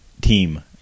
team